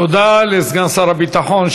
תודה לסגן שר הביטחון.